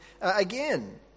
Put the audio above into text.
again